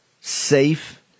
safe